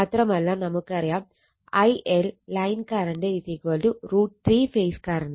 മാത്രമല്ല നമുക്കറിയാം IL line current √ 3 phase current